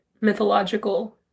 mythological